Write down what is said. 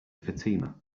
fatima